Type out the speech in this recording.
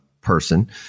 person